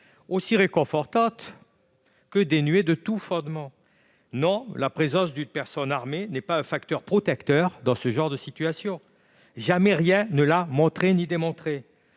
aussi réconfortante que dénuée de tout fondement. Non, la présence d'une personne armée n'est pas un facteur protecteur dans ce genre de situation ! Jamais rien ne l'a démontré.